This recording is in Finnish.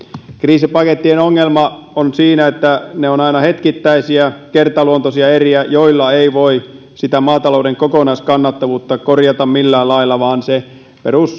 kriisipakettien ongelma on siinä että ne ovat aina hetkittäisiä kertaluontoisia eriä joilla ei voi sitä maatalouden kokonaiskannattavuutta korjata millään lailla vaan se